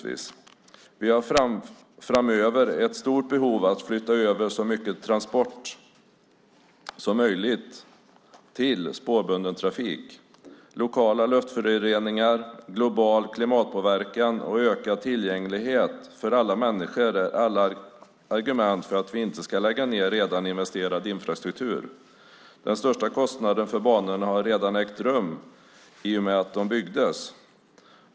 Vi har framöver ett stort behov av att flytta över så mycket transport som möjligt till spårbunden trafik. Lokala luftföroreningar, global klimatpåverkan och ökad tillgänglighet för alla människor är alla argument för att vi inte ska lägga ned redan investerad infrastruktur. Den största kostnaden för banorna har redan ägt rum i och med att de byggdes.